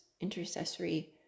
intercessory